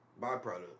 Byproduct